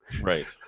Right